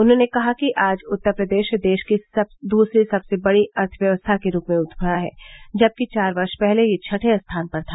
उन्होंने कहा कि आज उत्तर प्रदेश देश की दूसरी सबसे बड़ी अर्थव्यवस्था के रूप में उभरा है जबकि चार वर्ष पहले यह छठवें स्थान पर था